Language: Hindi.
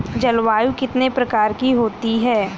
जलवायु कितने प्रकार की होती हैं?